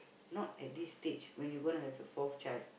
not at this stage when you gonna have your fourth child